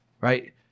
right